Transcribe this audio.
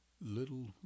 little